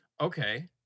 Okay